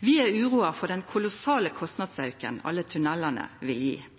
Vi er uroa for den kolossale kostnadsauken alle tunnelane vil